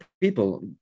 people